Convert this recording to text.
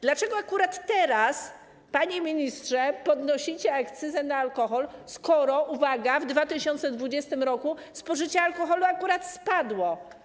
Dlaczego akurat teraz, panie ministrze, podnosicie akcyzę na alkohol, skoro, uwaga, w 2020 r. spożycie alkoholu akurat spadło?